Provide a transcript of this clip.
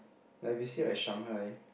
like if you see like Shanghai